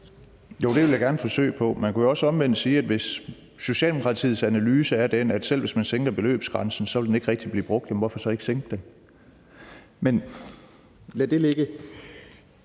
Jo, det vil jeg gerne forsøge på. Man kunne også omvendt sige, at hvis Socialdemokratiets analyse er den, at selv hvis man sænker beløbsgrænsen, vil den ikke rigtig blive brugt, hvorfor så ikke sænke den? Men lad det ligge.